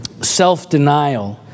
self-denial